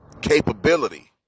capability